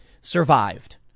survived